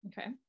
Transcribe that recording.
Okay